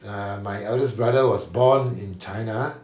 um my eldest brother was born in china